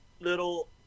little